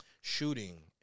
shooting